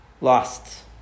lost